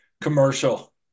commercial